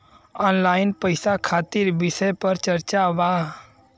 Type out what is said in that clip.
Online पैसा खातिर विषय पर चर्चा वा?